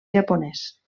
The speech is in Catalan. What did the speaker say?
japonès